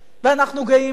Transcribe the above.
ואנחנו גאים בה,